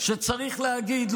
שצריך להגיד,